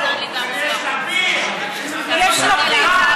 של ישראל ביתנו, של יש לפיד,